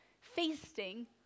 feasting